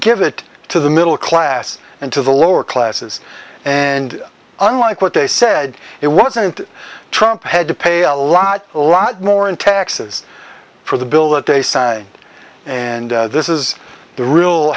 give it to the middle class and to the lower classes and unlike what they said it wasn't trump had to pay a lot a lot more in taxes for the bill that they say and this is the real